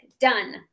done